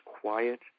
quiet